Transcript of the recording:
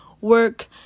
work